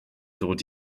dod